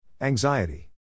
Anxiety